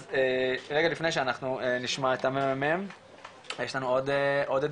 אז רגע לפני שאנחנו נשמע את חברי הכנסת יש לנו עוד עדות,